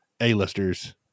A-listers